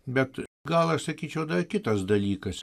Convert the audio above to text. bet gal aš sakyčiau dar kitas dalykas